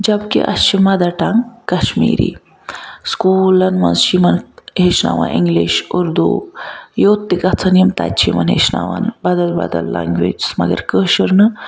جب کہ اَسہ چھِ مَدَر ٹَنٛگ کَشمیٖری سُکولَن مَنٛز چھِ یمن ہیٚچھناوان اِنٛگلِش اردو یوٚت تہِ گَژھَن یِم تتہِ چھِ یمن ہیٚچھناوان بَدَل بَدَل لینٛگویجس مگر کٲشُر نہٕ